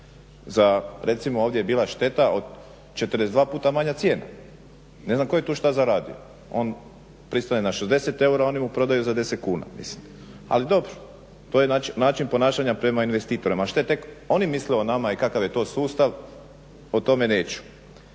Recimo ovdje je bila šteta od 42 puta manja cijena. Ne znam tko je tu što zaradio? On pristaje na 60 eura, oni mu prodaju za 10 kuna. Ali dobro, to je način ponašanja prema investitorima. A što tek oni misle o nama i kakav je to sustav o tome neću.